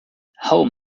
home